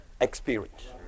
experience